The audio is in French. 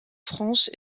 france